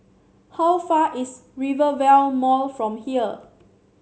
how far is Rivervale Mall from here